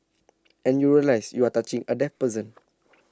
and you realise you are touching A dead person